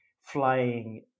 flying